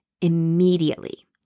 immediately